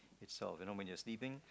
itself when you are sleeping